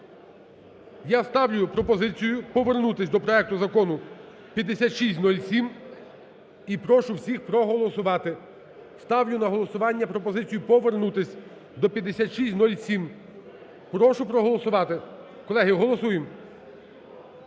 Я ставлю пропозицію повернутись до проекту Закону 5607. І прошу всіх проголосувати. Ставлю на голосування пропозицію повернутись до 5607. Прошу проголосувати. Колеги, голосуємо.